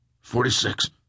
Forty-six